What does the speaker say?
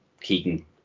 Keegan